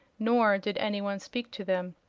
nor did any one speak to them.